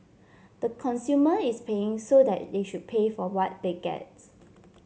the consumer is paying so they should pay for what they get